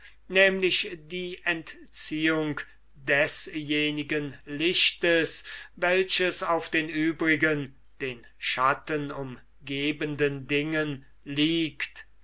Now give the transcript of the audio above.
nämlich die entziehung desjenigen lichtes welches auf den übrigen den schatten umgebenden dingen liegt